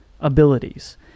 abilities